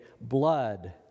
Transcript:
blood